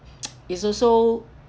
it's also